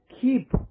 keep